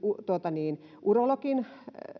urologin